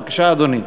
בבקשה, אדוני.